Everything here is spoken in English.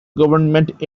government